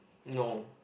no